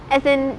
as in